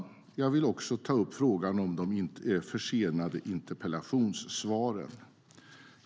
Jag vill även ta upp frågan om de försenade interpellationssvaren.